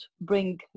bring